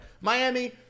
Miami